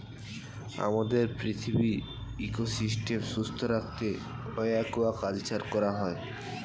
আমাদের পৃথিবীর ইকোসিস্টেম সুস্থ রাখতে অ্য়াকুয়াকালচার করা হয়